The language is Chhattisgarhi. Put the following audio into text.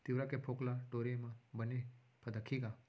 तिंवरा के फोंक ल टोरे म बने फदकही का?